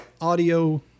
audio